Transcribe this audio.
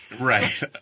Right